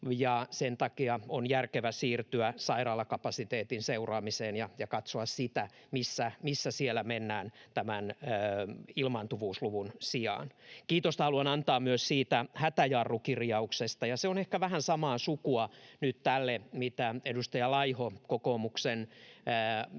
sen takia on järkevää siirtyä sairaalakapasiteetin seuraamiseen ja katsoa sitä, missä siellä mennään, tämän ilmaantuvuusluvun sijaan. Kiitosta haluan antaa myös siitä hätäjarrukirjauksesta. Se on ehkä vähän samaa sukua nyt tälle, mitä edustaja Laiho kokoomuksen